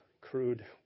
crude